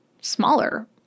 smaller